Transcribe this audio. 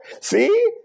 see